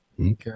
Okay